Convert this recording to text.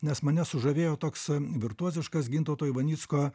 nes mane sužavėjo toks virtuoziškas gintauto ivanicko